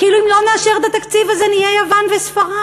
כאילו אם לא נאשר את התקציב הזה נהיה יוון וספרד.